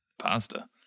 pasta